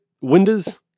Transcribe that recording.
Windows